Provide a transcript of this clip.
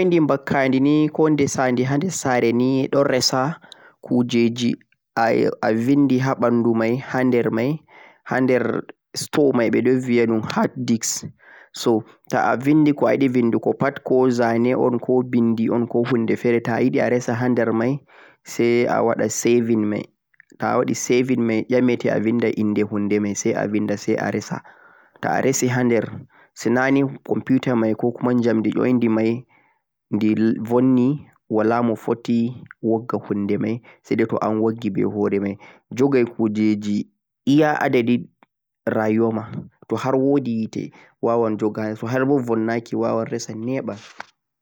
jamdi coyide bakkadi nei ko de saade hander saare nei don resaa kujeeji abindihaa bandu mei hander mei hander store mei don vieya num hard disc toh abindi gho ayidi bindiko pad ko zane o'n ko bindio'n ko bindi fere taa ayidi a resaa hander mei sai awada saving mei toh saving mei caomite abinde inde mei sai abinda sai aresaa toh aresi hander sinaani computer mei kokuma jamdi mei de boonni wala mo fotti woggha hunde mei sai dhatoo don wogghi be hoore mei jogha hujjeeji iyaa adadi rayuwa ma toh har woodi yite waawan joogha toh har boonnaki waawan resan yeban